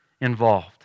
involved